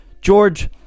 George